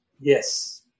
Yes